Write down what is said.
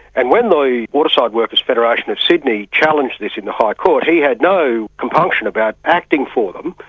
and when the waterside workers' federation of sydney challenged this in the high court, he had no compunction about acting for them,